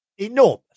enormous